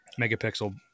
megapixel